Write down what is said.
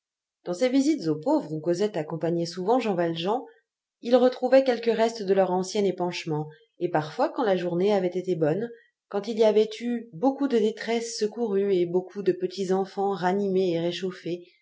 dans ces visites aux pauvres où cosette accompagnait souvent jean valjean ils retrouvaient quelque reste de leur ancien épanchement et parfois quand la journée avait été bonne quand il y avait eu beaucoup de détresses secourues et beaucoup de petits enfants ranimés et réchauffés